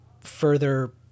further